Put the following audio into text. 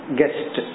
guest